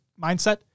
mindset